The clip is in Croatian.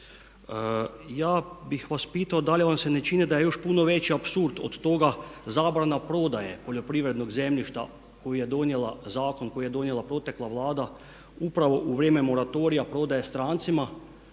Ja bih vas pitao da li vam se ne čini da je još puno veći apsurd od toga, zabrana prodaje poljoprivrednog zemljišta zakon koji je donijela protekla Vlada upravo u vrijeme moratorija prodaje strance,